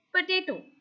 potato